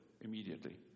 immediately